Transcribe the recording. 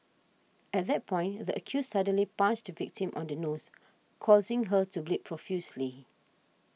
at that point the accused suddenly punched the victim on the nose causing her to bleed profusely